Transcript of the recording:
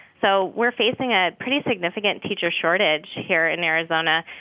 so we're facing a pretty significant teacher shortage here in arizona.